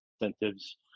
incentives